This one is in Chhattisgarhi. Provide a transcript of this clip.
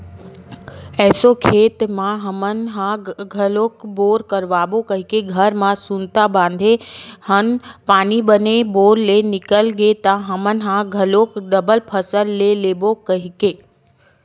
एसो खेत म हमन ह घलोक बोर करवाबो कहिके घर म सुनता बांधे हन पानी बने बोर ले निकल गे त हमन ह घलोक डबल फसल ले लेबो कहिके